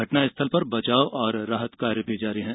घटनास्थल पर बचाव और राहत कार्य जारी है